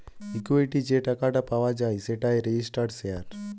equity যে টাকাটা পাওয়া যায় সেটাই রেজিস্টার্ড শেয়ার